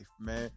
man